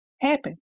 Happen